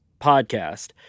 podcast